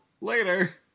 later